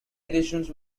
editions